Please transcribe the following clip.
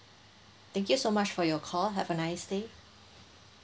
thank you so much for your call have a nice day